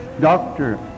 Doctor